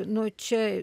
nu čia